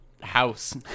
house